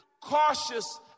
Cautious